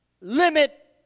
limit